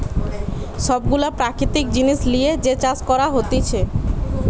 সব গুলা প্রাকৃতিক জিনিস লিয়ে যে চাষ করা হতিছে